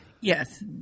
Yes